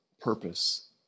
purpose